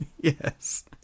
Yes